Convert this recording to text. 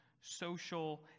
social